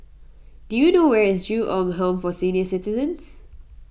do you know where is Ju Eng Home for Senior Citizens